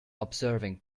observing